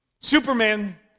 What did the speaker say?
Superman